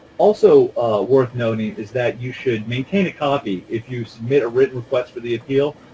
also worth noting is that you should maintain a copy. if you submit a written request for the appeal,